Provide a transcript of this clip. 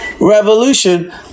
Revolution